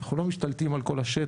אנחנו לא משתלטים על כל השטח.